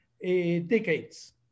decades